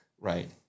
Right